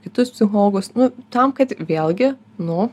kitus psichologus nu tam kad vėlgi nu